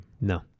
No